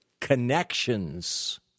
Connections